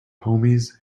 homies